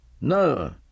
No